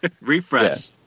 Refresh